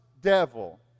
devil